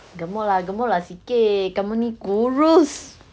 gemuk lah gemuk lah sikit kamu ni kurus